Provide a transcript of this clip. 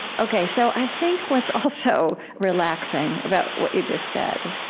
ok, so i think what's also relaxing about what you just said